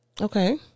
Okay